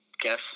guess